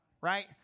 Right